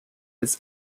his